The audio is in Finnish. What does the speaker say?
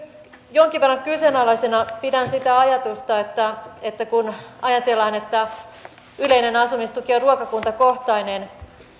jonkin verran kyseenalaisena pidän sitä ajatusta että että kun ajatellaan että yleinen asumistuki on ruokakuntakohtainen